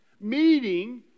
meeting